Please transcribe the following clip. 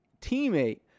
teammate